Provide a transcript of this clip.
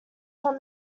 from